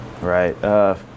Right